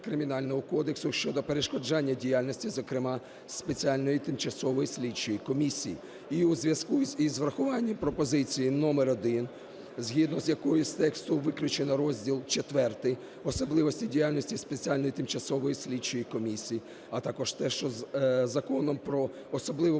Кримінального кодексу щодо перешкоджання діяльності, зокрема, спеціальної тимчасової слідчої комісії. І у зв'язку з врахуванням пропозицій номер один, згідно якої з тексту виключено розділ IV "Особливості діяльності спеціальної тимчасової слідчої комісії", а також те, що Законом "Про особливу